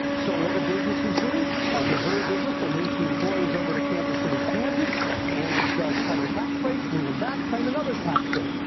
so, what do businesses do? a missouri business will move some employees over to kansas city, kansas and claim a tax break, move em back, claim another tax break.